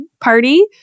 party